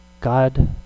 God